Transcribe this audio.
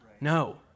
No